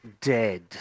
Dead